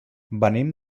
venim